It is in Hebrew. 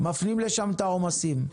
מפנים לשם את העומסים.